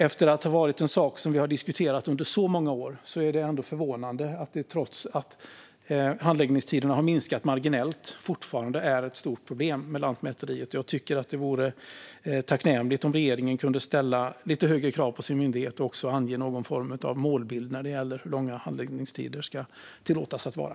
Detta är en sak som vi har diskuterat under många år. Då är det ändå förvånande att det trots att handläggningstiderna har minskat marginellt fortfarande är ett stort problem med Lantmäteriet. Jag tycker att det vore tacknämligt om regeringen kunde ställa lite högre krav på sin myndighet och också ange någon form av målbild när det gäller hur långa handläggningstiderna ska tillåtas att vara.